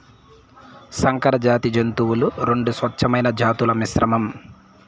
సంకరజాతి జంతువులు రెండు స్వచ్ఛమైన జాతుల మిశ్రమం